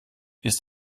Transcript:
ist